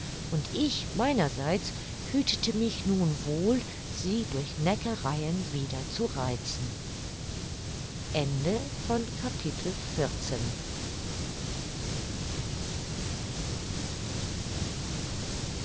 und ich meinerseits hütete mich nun wohl sie durch neckereien wieder zu reizen